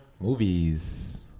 Movies